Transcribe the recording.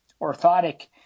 orthotic